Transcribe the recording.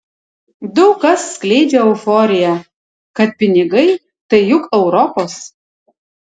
daug kas skleidžia euforiją kad pinigai tai juk europos